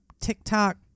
TikTok